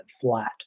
flat